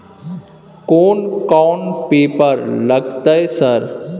कोन कौन पेपर लगतै सर?